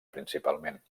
principalment